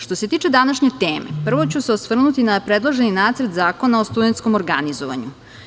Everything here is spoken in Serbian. Što se tiče današnje teme, prvo ću se osvrnuti na predloženi Nacrt zakona o studentskom organizovanju.